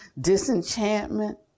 Disenchantment